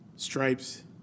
Stripes